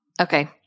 Okay